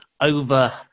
over